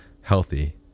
healthy